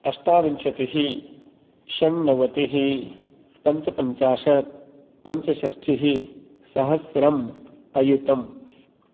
अष्टाविंशतिः षण्णवतिः पञ्चपञ्चाशत् पञ्चषष्ठिः सहस्रम् अयुतम्